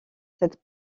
cette